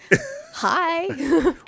Hi